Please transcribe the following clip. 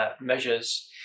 measures